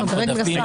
כולנו ברגל גסה.